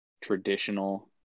traditional